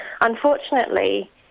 unfortunately